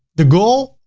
the goal,